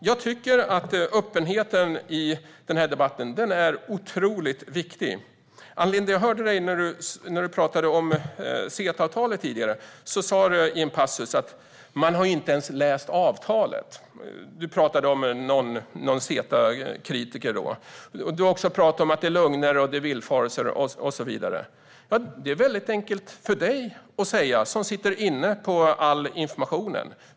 Jag tycker att öppenheten i debatten är otroligt viktig. Jag hörde när Ann Linde talade om CETA-avtalet tidigare. Du sa i en passus som handlade om någon CETA-kritiker: Man har inte ens läst avtalet. Du har också talat om lögner, villfarelser och så vidare. Det är ju enkelt för dig att säga - du som sitter inne med all information.